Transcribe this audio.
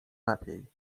lepiej